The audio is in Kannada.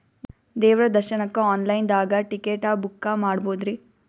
ದೇವ್ರ ದರ್ಶನಕ್ಕ ಆನ್ ಲೈನ್ ದಾಗ ಟಿಕೆಟ ಬುಕ್ಕ ಮಾಡ್ಬೊದ್ರಿ?